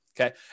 okay